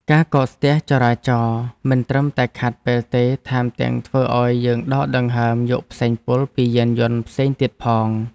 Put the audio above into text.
ការកកស្ទះចរាចរណ៍មិនត្រឹមតែខាតពេលទេ ថែមទាំងធ្វើឱ្យយើងដកដង្ហើមយកផ្សែងពុលពីយានយន្តផ្សេងទៀតផង។